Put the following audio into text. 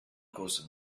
cosa